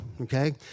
okay